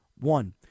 One